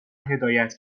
هدایت